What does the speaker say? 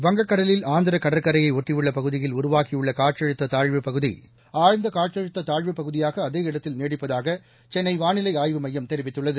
வங்கக்கடலில் ஆந்திரக் கடற்கரையை ஒட்டியுள்ள பகுதியில் உருவாகியுள்ள காற்றழுத்த தாழ்வுப்பகுதி ஆழ்ந்த காற்றழுத்த தாழ்வுப் பகுதியாக அதே இடத்தில் நீடிப்பதாக சென்னை வானிலை ஆய்வு மையம் தெரிவித்துள்ளது